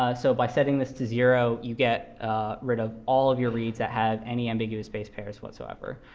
ah so by setting this to zero, you get rid of all of your reads that have any ambiguous base pairs whatsoever.